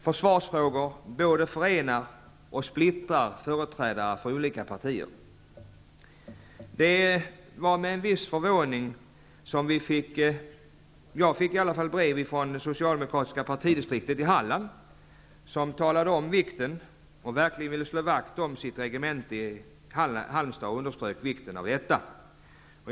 Försvarsfrågor både splittrar och förenar företrädare för olika partier. Det var med en viss förvåning som jag fick ett brev från det socialdemokratiska partidistriktet i Halland, där man verkligen ville slå vakt om sitt regemente i Halmstad, och man underströk vikten av att det fick vara kvar.